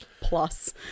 Plus